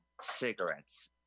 cigarettes